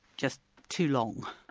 just too long.